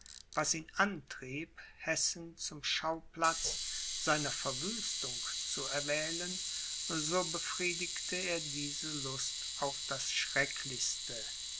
was ihn antrieb hessen zum schauplatz seiner verwüstung zu erwählen so befriedigte er diese lust auf das schrecklichste